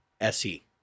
SE